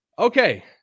Okay